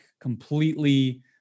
completely